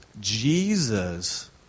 Jesus